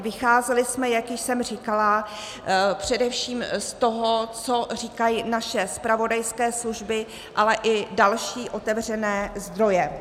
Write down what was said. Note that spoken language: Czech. Vycházeli jsme, jak už jsem říkala, především z toho, co říkají naše zpravodajské služby, ale i další otevřené zdroje.